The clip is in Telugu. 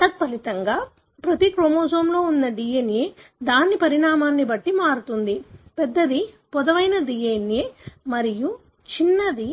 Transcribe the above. తత్ఫలితంగా ప్రతి క్రోమోజోమ్లో ఉండే DNA దాని పరిమాణాన్ని బట్టి మారుతుంది పెద్దది పొడవైన DNA మరియు చిన్నది